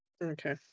Okay